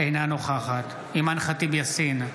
אינה נוכחת אימאן ח'טיב יאסין,